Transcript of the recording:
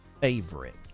favorite